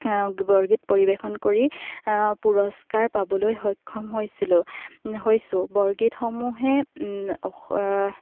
বৰগীত পৰিৱেশন কৰি পুৰস্কাৰ পাবলৈ সক্ষম হৈছিলোঁ হৈছোঁ বৰগীতসমূহে